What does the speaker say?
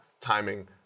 timing